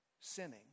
sinning